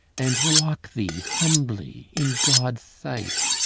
and walk thee humbly in god's sight.